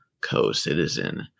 co-citizen